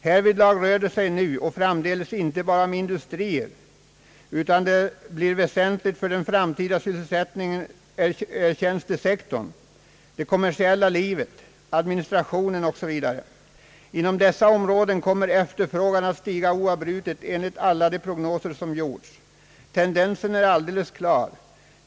Härvidlag rör det sig nu och framdeles inte bara om industrier, utan det som blir väsentligt för den framtida sysselsättningen är tjänstesektorn, det kommersiella livet, administrationen osv. Inom dessa områden kommer efterfrågan att stiga oavbrutet enligt alla de prognoser som gjorts. Tendensen är alldeles klar.